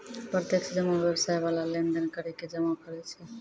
प्रत्यक्ष जमा व्यवसाय बाला लेन देन करि के जमा करै छै